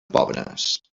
pobres